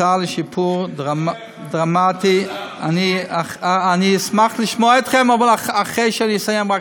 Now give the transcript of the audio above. הצעה לשיפור דרמטי, איזה חגים, כבוד השר?